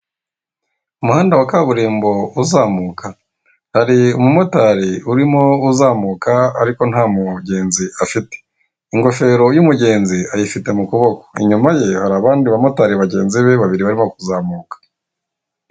Umuhanda wa kaburimbo uzamuka, hari umumotari uzamuka ariko nta mugenzi afite. Ingofero y'umugenzi ayifite mu kuboko, inyumaye hari abandi bamotari bagenzi be babiri bari kuzamuka, Ariko nabo nta bagenzi bafite.